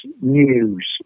news